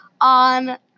on